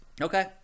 Okay